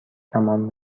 تمام